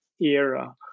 era